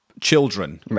children